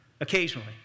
Occasionally